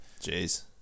jeez